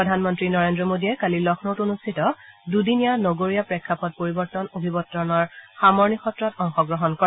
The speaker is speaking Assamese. প্ৰধানমন্ত্ৰী নৰেন্দ্ৰ মোডীয়ে কালি লক্ষ্ণৌত অনুষ্ঠিত দুদিনীয়া নগৰীয়া প্ৰেক্ষাপট পৰিৱৰ্তন অভিৱৰ্তনৰ সামৰণী সত্ৰত অংশগ্ৰহণ কৰে